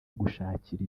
gushakira